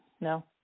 No